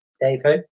david